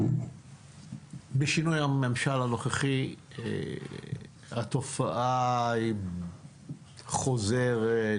משינוי הממשל הנוכחי התופעה היא חוזרת,